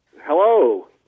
Hello